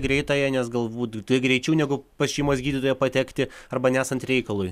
greitąją nes galbūt tai greičiau negu pas šeimos gydytoją patekti arba nesant reikalui